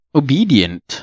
obedient